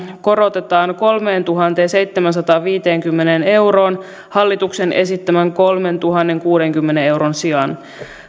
korotetaan kolmeentuhanteenseitsemäänsataanviiteenkymmeneen euroon hallituksen esittämän kolmentuhannenkuudenkymmenen euron sijaan